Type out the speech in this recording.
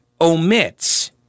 omits